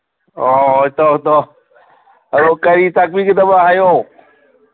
ꯑꯣ ꯏꯇꯥꯎ ꯏꯇꯥꯎ ꯑꯗꯣ ꯀꯔꯤ ꯇꯥꯛꯄꯤꯒꯗꯕ ꯍꯥꯏꯌꯣ